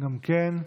גם כן,